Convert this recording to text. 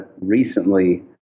recently